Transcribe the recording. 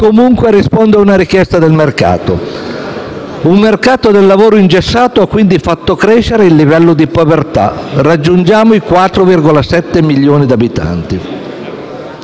- che risponde a una richiesta del mercato. Un mercato del lavoro ingessato ha quindi fatto crescere il livello di povertà, chi ha raggiunto i 4,7 milioni di abitanti.